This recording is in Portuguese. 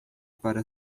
para